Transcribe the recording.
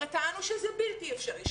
הרי טענו שזה בלתי אפשרי,